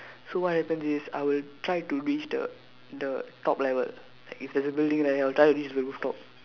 so what happens is I will try to reach the the top level like if there's a building right I'll try to reach the rooftop